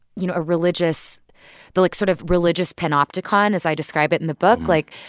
you know, a religious the, like, sort of religious panopticon as i describe it in the book. like,